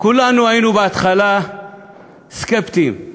ובהתחלה כולנו היינו סקפטיים: